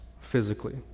physically